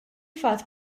fatt